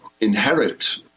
inherit